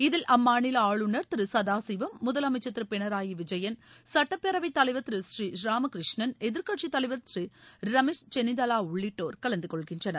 இதில் அம்மாநில ஆளுநர் திரு சதாசிவம் முதலமைச்சர் திரு பினராயி விஜயன் சுட்டப்பேரவைத்தலைவர் திரு ஸ்ரீராம கிருஷ்ணன் எதிர்க்கட்சித் தலைவர் திரு ரமேஷ் சென்னிதாலா உள்ளிட்டோர் கலந்து கொள்கின்றனர்